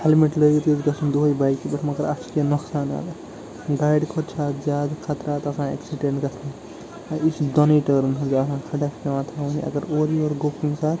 helmet لٲگِتھ گَژھُن دُہاے بایکہِ پٮ۪ٹھ مگر اتھ چھِ کیٚنٛہہ نۄقصانات گاڑِ کھۄتہٕ چھِ اتھ زیادٕ خطرات آسان اٮ۪کسِڈنٛٹ گژھنُک یہِ چھِ دونٕے ٹٲرن ہٕنٛز آسان کھڑا چھِ پٮ۪وان تھاوُن اگر اورٕ یور گوٚو کُنہِ سات